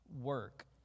work